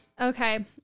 okay